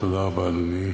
תודה רבה, אדוני.